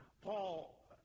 Paul